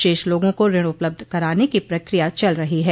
शेष लोगों को ऋण उपलब्ध कराने की प्रकिया चल रही है